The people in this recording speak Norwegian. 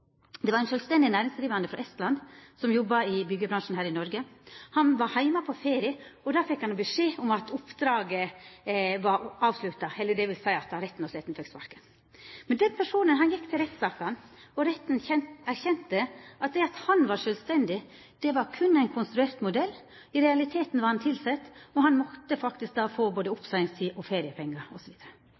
Ein sjølvstendig næringsdrivande frå Estland jobba i byggjebransjen her i Noreg. Han var heime på ferie. Då fekk han beskjed om at oppdraget var slutt, dvs. at han rett og slett fekk sparken. Den personen gjekk til rettssak, og retten erkjente at det at han var sjølvstendig, var berre ein konstruert modell. I realiteten var han tilsett, og han måtte faktisk få både oppseiingstid, feriepengar,